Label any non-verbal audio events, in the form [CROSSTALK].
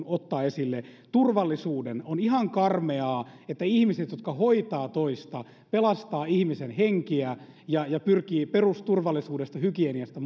[UNINTELLIGIBLE] ottaa esille turvallisuuden on ihan karmeaa että ihmiset jotka hoitavat toista pelastavat ihmisten henkiä ja ja pyrkivät perusturvallisuudesta hygieniasta [UNINTELLIGIBLE]